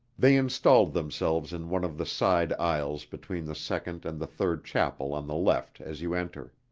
they installed themselves in one of the side aisles between the second and the third chapel on the left as you enter.